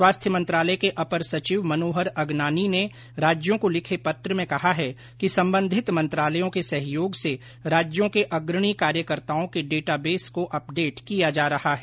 स्वास्थ्य मंत्रालय के अपर सचिव मनोहर अगनानी ने राज्यों को लिखे पत्र में कहा है कि संबंधित मंत्रालयों के सहयोग से राज्यों के अग्रणी कार्यकर्ताओं के डेटाबेस को अपडेट किया जा रहा है